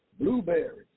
blueberries